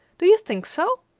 do you think so?